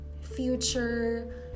future